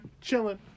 chilling